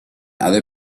other